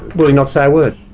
will he not say a word?